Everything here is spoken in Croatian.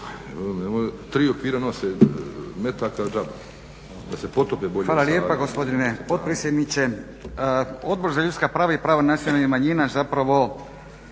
Hvala lijepa gospodine potpredsjedniče. Odbor za ljudska prava i prava nacionalnih manjina zapravo